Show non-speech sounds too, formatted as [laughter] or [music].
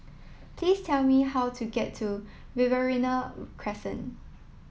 please tell me how to get to Riverina [noise] Crescent